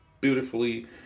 Beautifully